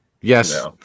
Yes